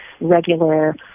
regular